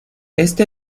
este